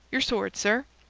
your sword, sir!